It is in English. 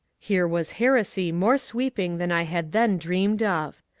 here was heresy more sweeping than i had then dreamed of.